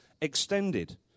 extended